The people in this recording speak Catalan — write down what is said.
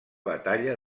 batalla